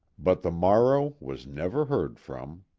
but the morrow was never heard from.